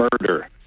murder